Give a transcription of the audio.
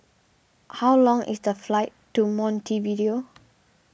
how long is the flight to Montevideo